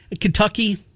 Kentucky